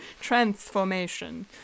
Transformation